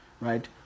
Right